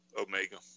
Omega